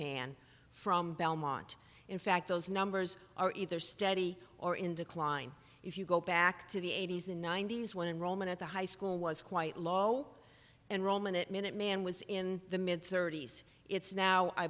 man from belmont in fact those numbers are either steady or in decline if you go back to the eighty's and ninety's when roman at the high school was quite low and roman it minuteman was in the mid thirty's it's now i